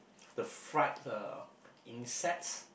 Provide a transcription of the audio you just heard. the fried uh insects